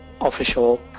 official